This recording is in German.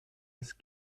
als